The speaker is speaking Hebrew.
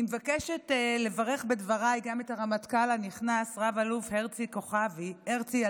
אני מבקשת לברך בדבריי גם את הרמטכ"ל הנכנס רב-אלוף הרצי הלוי,